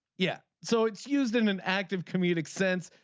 yeah. so it's used in an active comedic sense.